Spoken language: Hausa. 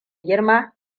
girma